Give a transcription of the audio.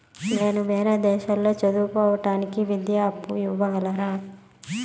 నేను వేరే దేశాల్లో చదువు కోవడానికి విద్యా అప్పు ఇవ్వగలరా?